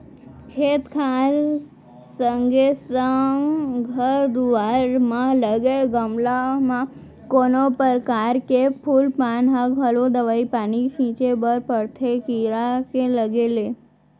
खेत खार संगे संग घर दुवार म लगे गमला म कोनो परकार के फूल पान म घलौ दवई पानी छींचे बर परथे कीरा के लगे ले